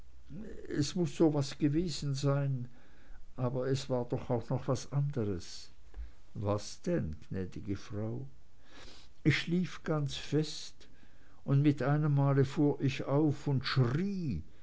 es muß so was gewesen sein aber es war doch auch noch was anderes was denn gnäd'ge frau ich schlief ganz fest und mit einem male fuhr ich auf und schrie